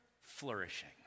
flourishing